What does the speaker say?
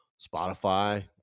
spotify